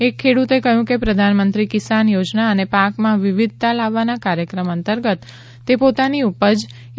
એક ખેડૂતે કહ્યું કે પ્રધાનમંત્રી કિસાન યોજના અને પાકમાં વિવિધતા લાવવાના કાર્યક્રમ અંતર્ગત તે પોતાની ઉપજ એ